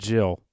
Jill